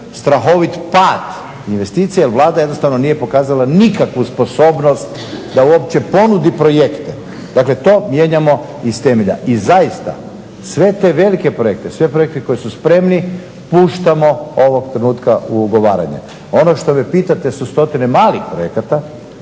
strahovit pad investicija jer Vlada jednostavno nije pokazala nikakvu sposobnost da uopće ponudi projekte. Dakle to mijenjamo iz temelja. I zaista, sve te velike projekte, sve projekte koji su spremni puštamo ovog trenutka u ugovaranje. Ono što me pitate su stotine malih projekata,